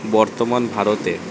বর্তমান ভারতে